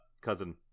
cousin